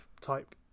type